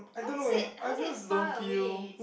how is it how is it far away it's